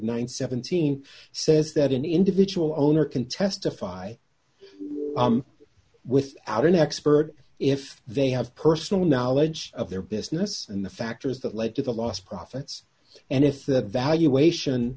and seventeen says that an individual owner can testify without an expert if they have personal knowledge of their business and the factors that lead to the loss profits and if that valuation